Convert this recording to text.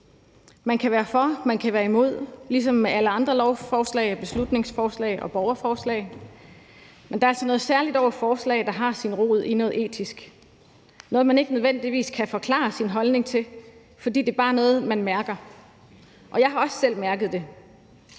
Man kan være for, og man kan være imod, ligesom med alle andre lovforslag, beslutningsforslag og borgerforslag, men der er altså noget særligt over forslag, der har sin rod i noget etisk – noget, man ikke nødvendigvis kan forklare sin holdning til, fordi det bare er noget, man mærker. Og jeg har også selv mærket det.